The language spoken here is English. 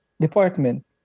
department